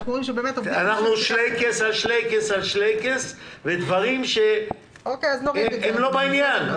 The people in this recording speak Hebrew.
שלייקעס על שלייקעס ודברים שהם לא בעניין.